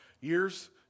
years